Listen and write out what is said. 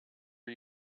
are